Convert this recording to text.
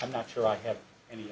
i'm not sure i have any